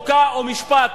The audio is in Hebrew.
חוק ומשפט,